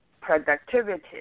productivity